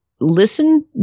listen